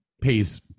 pays